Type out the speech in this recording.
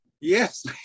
Yes